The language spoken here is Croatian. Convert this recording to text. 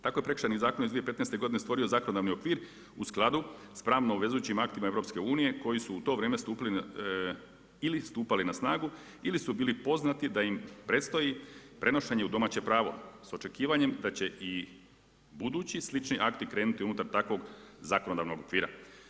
Tako je Prekršajni zakon iz 2015. godine stvorio zakonodavni okvir u skladu s pravno obvezujućim aktima EU koji su u to vrijeme stupili ili stupali na snagu ili su bili poznati da im predstoji prenošenje u domaće pravo s očekivanjem da će i budući, slični akti krenuti unutar takvog zakonodavnog okvira.